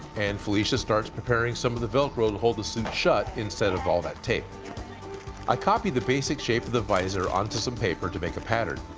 and felicia starts preparing some of the velcro to hold the suit shut. instead of all that tape i copied the basic shape of the visor onto some paper to make a pattern,